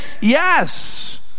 Yes